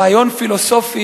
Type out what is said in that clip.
רעיון פילוסופי,